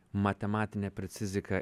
matematinė precizika